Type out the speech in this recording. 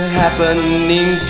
happening